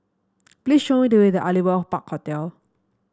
please show me the way to Aliwal Park Hotel